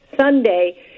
Sunday